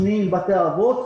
שניים היו בתי אבות,